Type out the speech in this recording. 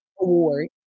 award